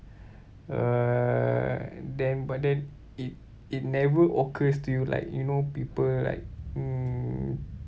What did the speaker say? uh then but then it it never occurs to you like you know people like mm